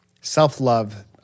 Self-love